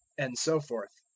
and so forth.